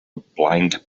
blind